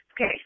Okay